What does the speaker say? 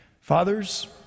Fathers